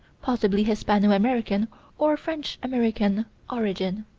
possibly hispano-american or french-american origin.